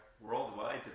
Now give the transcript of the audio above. Worldwide